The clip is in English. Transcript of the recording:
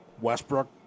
Westbrook